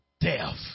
death